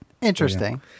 interesting